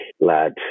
lad